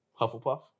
Hufflepuff